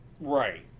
Right